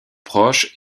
proche